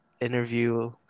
interview